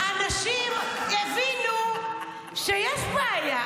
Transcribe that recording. -- כי בסוף אנשים הבינו שיש בעיה.